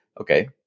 okay